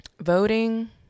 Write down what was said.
voting